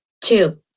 Two